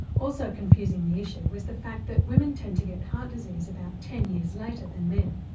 also confusing the issue was the fact that women tend to get heart disease about ten years later than men.